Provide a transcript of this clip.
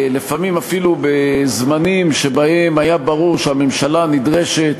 לפעמים אפילו בזמנים שבהם היה ברור שהממשלה נדרשת